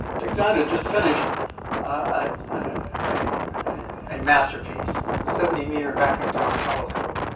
dick dunn had just finished ah a a masterpiece. it's a seventy meter vacuum tower telescope.